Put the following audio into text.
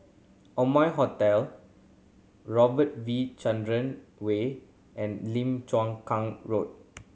Amoy Hotel Robert V Chandran Way and Lim Chuang Kang Road